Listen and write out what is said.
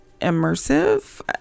immersive